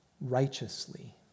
righteously